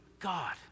God